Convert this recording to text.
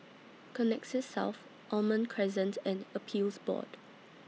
Connexis South Almond Crescent and Appeals Board